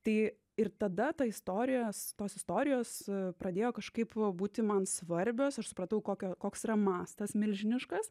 tai ir tada ta istorijos tos istorijos pradėjo kažkaip va būti man svarbios ir supratau kokia koks yra mastas milžiniškas